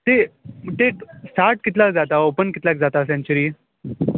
तीत तीत स्टार्ट कितल्यांक जाता ऑपन कितल्यांक जाता सेन्चुरी